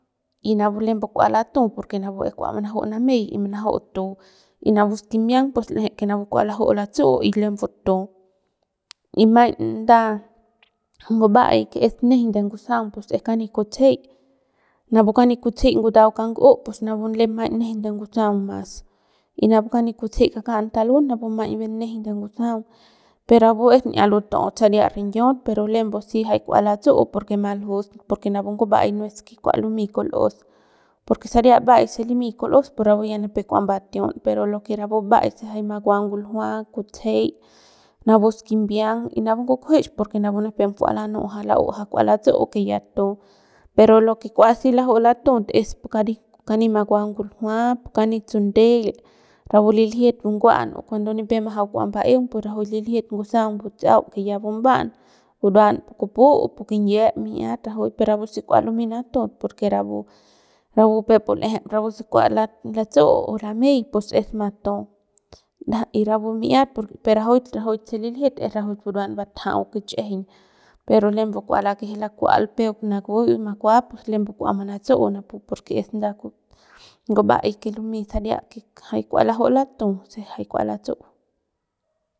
Y napu lembu kua latu porque napu es kua manaju namey y manaju'u tu y napu skimbiang pus l'eje que napu kua laju'u latsu'u y lembu tuu y maiñ nda nguba'ay que es nejeiñ de ngusaung pus es kani kutsejey napu kani kutsejey ngutau kang'u pus napu maiñ nejeiñ de ngusaung mas y napu kani kutsejey kaka'an talun napu maiñ bien nejeiñ de ngusaung per rapu es n'ia luta'aut saria rinyiaut pero lembe si kua latsu'u porque napu nguba'ay no es kua lumey kul'os porque saria mba'aik que limi kul'os pu rapu ya nipep kua mbatiun pero rapu mba'aik se jay bukua nguljua kutsejei napu skimbiang y napu ngukjuech porque napu nipem kua lanu'u o la'u ja ya kua latsu'u ya tu pero lo que si kua laju'u latut es pu karit kani makua nguljua pu kani tsundel rapu liljit bunguan o cuando nipep mbajau kua mba'eung pu rajuik liljit ngusaung tsau que ya buban buruan pukupu o pu kinyiep mi'iat rajuik pe rapu si kua lumey natutu porque rapu peuk pu l'eje rapu si kua la latsu'u u lameik pus es matu ndaja y rapu mi'iat pero rajuik rajuik se liljit es rajuik buruan batjau kich'ijiñ pero lembu kua lakeje lakual peuk nakui o makua pus lembu kua manatsu'u porque es nda nguba'ay que lumey que saria kua laju'u latun jay se kua latsu'u.